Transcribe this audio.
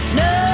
no